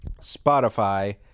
Spotify